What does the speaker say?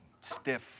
stiff